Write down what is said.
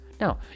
Now